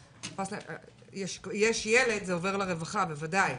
יש ילד - זה עובר לרווחה, בוודאי.